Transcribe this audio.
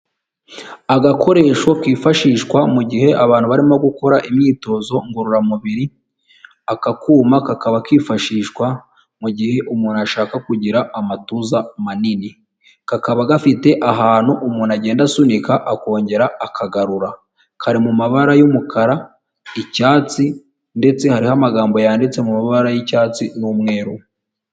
Agakoresho kifashishwa mu gihe abantu barimo gukora imyitozo ngororamubiri, aka kuma kakaba kifashishwa mu gihe umuntu ashaka kugira amatuza manini, kakaba gafite ahantu umuntu agenda asunika akongera akagarura, kari mu mabara y'umukara icyatsi ndetse hariho amagambo yanditse mu mabara y'icyatsi n'umweru.